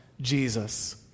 Jesus